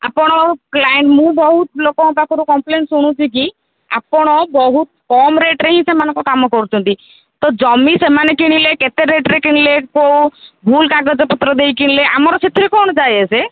ଆପଣ କ୍ଲାଏଣ୍ଟ ମୁଁ ବହୁତ ଲୋକଙ୍କ ପାଖରୁ କମ୍ପ୍ଲେନ୍ ଶୁଣୁଛି କି ଆପଣ ବହୁତ କମ୍ ରେଟ୍ରେ ହିଁ ସେମାନଙ୍କ କାମ କରୁଛନ୍ତି ତ ଜମି ସେମାନେ କିଣିଲେ କେତେ ରେଟ୍ରେ କିଣିଲେ କେଉଁ ଭୁଲ କାଗଜପତ୍ର ଦେଇ କିଣିଲେ ଆମର ସେଥିରେ କ'ଣ ଯାଏ ଆସେ